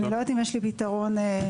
אני לא יודעת אם יש לי פתרון לתת.